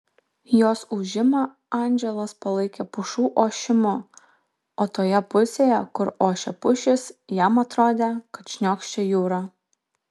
jos ūžimą andželas palaikė pušų ošimu o toje pusėje kur ošė pušys jam atrodė kad šniokščia jūra